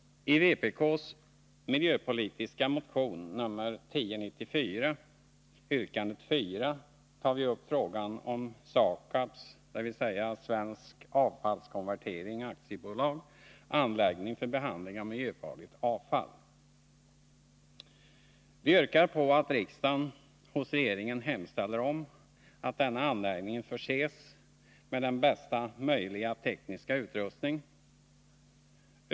I vpk:s miljöpolitiska motion nr 1094, yrkande 4, tar vi upp frågan om SAKAB:s, dvs. Svensk Avfallskonverterings AB:s, anläggning för behandling av miljöfarligt avfall. Vi yrkar att riksdagen hos regeringen hemställer att denna anläggning förses med bästa möjliga tekniska utrustning.